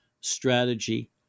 strategy